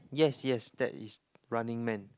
yes yes that is Running Man